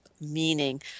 meaning